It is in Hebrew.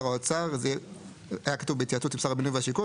היה כתוב בהתייעצות עם שר הבינוי והשיכון,